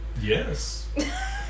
Yes